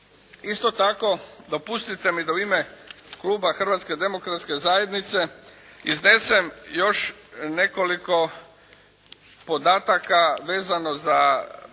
Isto tako dopustite mi da u ime kluba Hrvatske demokratske zajednice iznesem još nekoliko podataka vezano za prijedlog